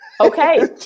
Okay